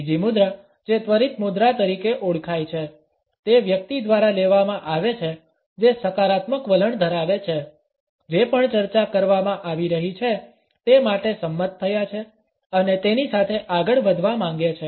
બીજી મુદ્રા જે ત્વરિત મુદ્રા તરીકે ઓળખાય છે તે વ્યક્તિ દ્વારા લેવામાં આવે છે જે સકારાત્મક વલણ ધરાવે છે જે પણ ચર્ચા કરવામાં આવી રહી છે તે માટે સંમત થયા છે અને તેની સાથે આગળ વધવા માંગે છે